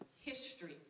history